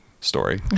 story